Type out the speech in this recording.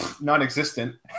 non-existent